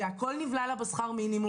והכול נבלע לה בשכר מינימום,